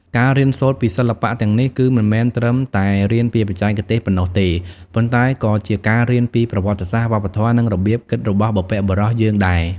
ការរៀនសូត្រពីសិល្បៈទាំងនេះ គឺមិនមែនត្រឹមតែរៀនពីបច្ចេកទេសប៉ុណ្ណោះទេ ប៉ុន្តែក៏ជាការរៀនពីប្រវត្តិសាស្ត្រ វប្បធម៌ និងរបៀបគិតរបស់បុព្វបុរសយើងដែរ។